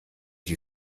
die